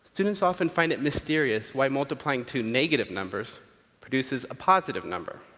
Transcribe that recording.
students often find it mysterious why multiplying two negative numbers produces a positive number.